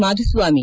Madhuswamy